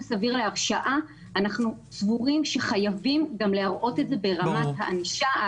סביר להרשעה אנחנו סבורים שחייבים להראות את זה גם ברמת הענישה.